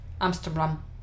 Amsterdam